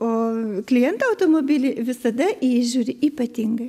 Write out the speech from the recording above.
o kliento automobilį visada į jį žiūri ypatingai